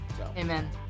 Amen